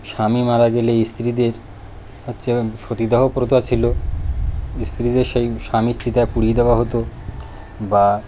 স্বামী মারা গেলে স্ত্রীদের হচ্ছে সতীদাহ প্রথা ছিল স্ত্রীদের সেই স্বামীর চিতায় পুড়িয়ে দেওয়া হতো বা